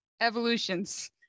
evolutions